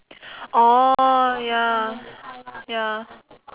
orh ya ya